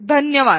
धन्यवाद